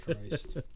Christ